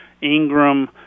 ingram